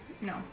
no